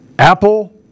Apple